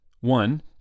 One